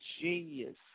genius